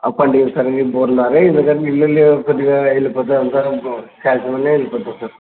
సరి బోర్లాగే ఎందుకంటే కొద్దిగా వెళ్ళిపోతుంది సార్ కాషుయల్గా వెళ్ళిపోతుంది సార్